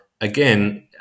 again